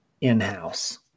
in-house